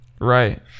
right